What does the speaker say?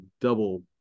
double